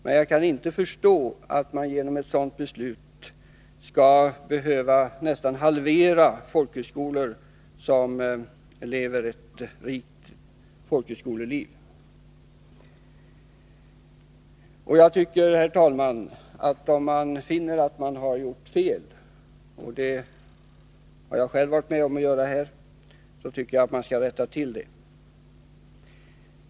Men jag kan inte förstå att ett sådant beslut skall behöva leda till att man nästan halverar folkhögskolor som lever ett rikt folkhögskoleliv. Herr talman! Om man finner att man har gjort fel — det har jag själv varit med om att göra här — tycker jag att man skall rätta till det.